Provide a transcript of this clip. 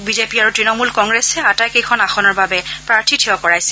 BJP আৰু তণমূল কংগ্ৰেছে আটাইকেইখন আসনৰ বাবে প্ৰাৰ্থী থিয় কৰাইছে